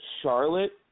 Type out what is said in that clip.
Charlotte